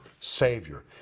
Savior